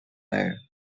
нею